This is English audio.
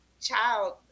child